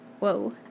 Whoa